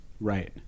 Right